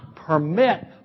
Permit